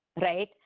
right